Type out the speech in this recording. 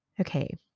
Okay